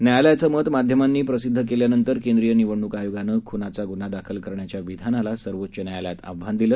न्यायालयाचं मत माध्यमांनी प्रसिद्ध केल्यानंतर केंद्रीय निवडणूक आयोगानं ख्नाचा गून्हा दाखल करण्याच्या विधानाला सर्वोच्च न्यायालयात आव्हान दिलं